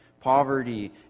poverty